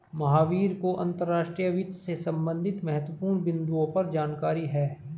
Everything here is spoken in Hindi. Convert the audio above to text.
महावीर को अंतर्राष्ट्रीय वित्त से संबंधित महत्वपूर्ण बिन्दुओं पर जानकारी है